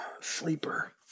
Sleeper